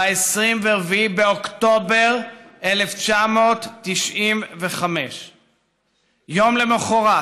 ב-24 באוקטובר 1995. יום למוחרת